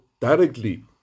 directly